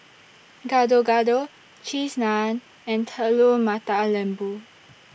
Gado Gado Cheese Naan and Telur Mata Lembu